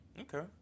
Okay